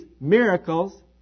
miracles